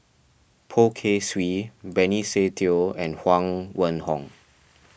Poh Kay Swee Benny Se Teo and Huang Wenhong